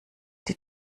die